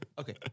Okay